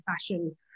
fashion